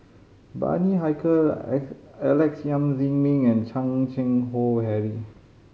Bani Haykal Alex Yam Ziming and Chan Keng Howe Harry